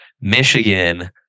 Michigan